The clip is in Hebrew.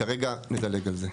כרגע נדלג על זה.